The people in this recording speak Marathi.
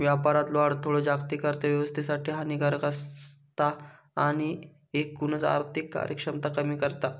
व्यापारातलो अडथळो जागतिक अर्थोव्यवस्थेसाठी हानिकारक असता आणि एकूणच आर्थिक कार्यक्षमता कमी करता